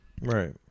right